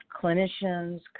clinicians